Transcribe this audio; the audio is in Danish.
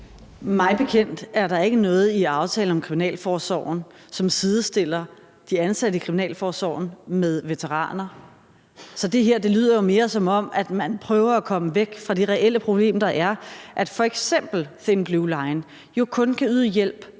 Mig bekendt er der ikke noget i aftalen om kriminalforsorgen, som sidestiller de ansatte i kriminalforsorgen med veteraner. Så det her lyder jo mere, som om man prøver at komme væk fra det reelle problem, der er, nemlig at f.eks. Thin Blue Line kun kan yde hjælp